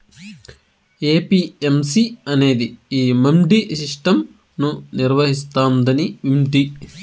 APMC అనేది ఈ mandi system ను నిర్వహిస్తాందని వింటి